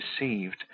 received